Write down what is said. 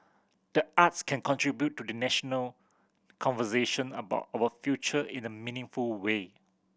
the arts can contribute to the national conversation about our future in a meaningful way